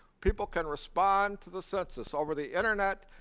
people can respond to the census over the internet,